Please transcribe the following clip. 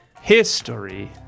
History